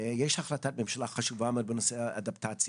יש החלטת ממשלה חשובה מאוד בנושא האדפטציה.